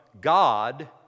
God